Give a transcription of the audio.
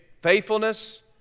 faithfulness